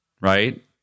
right